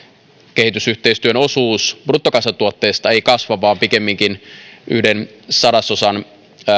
kehitysyhteistyön osuus bruttokansantuotteesta ei kasva vaan pikemminkin näyttäisi laskevan yhden sadasosan